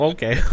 Okay